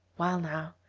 well now,